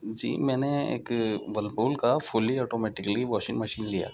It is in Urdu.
جی نے میں ایک ورلپھول کا فلی آٹومیٹکلی واشنگ مشین لیا